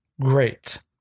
great